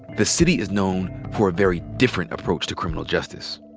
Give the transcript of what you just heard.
the city is known for a very different approach to criminal justice.